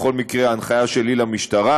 בכל מקרה, ההנחיה שלי למשטרה,